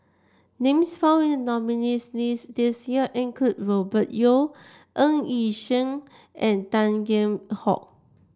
names found in the nominees' list this year include Robert Yeo Ng Yi Sheng and Tan Kheam Hock